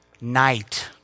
night